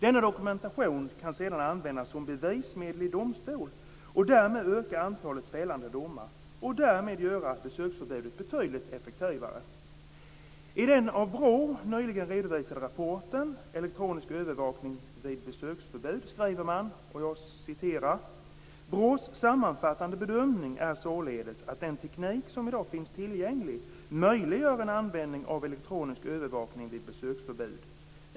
Denna dokumentation kan sedan användas som bevismedel i domstol och därmed öka antalet fällande domar och alltså göra besöksförbudet betydligt effektivare. I den av BRÅ nyligen redovisade rapporten Elektronisk övervakning vid besöksförbud skriver man: "BRÅ:s sammanfattande bedömning är således att den teknik som i dag finns tillgänglig möjliggör en användning av elektronisk övervakning vid besöksförbud.